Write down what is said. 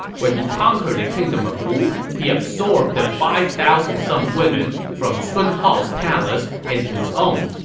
when he conquered the kingdom of wu, he absorbed the five thousand some women from sun hao's palace into his own.